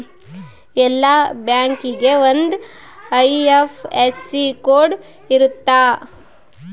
ಎಲ್ಲಾ ಬ್ಯಾಂಕಿಗೆ ಒಂದ್ ಐ.ಎಫ್.ಎಸ್.ಸಿ ಕೋಡ್ ಇರುತ್ತ